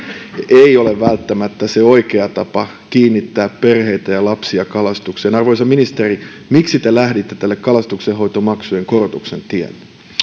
ei ole välttämättä se oikea tapa kiinnittää perheitä ja lapsia kalastukseen arvoisa ministeri miksi te lähditte tälle kalastuksenhoitomaksujen korotuksen tielle